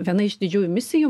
viena iš didžiųjų misijų